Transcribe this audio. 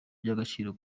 by’agaciro